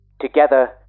Together